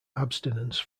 abstinence